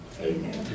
Amen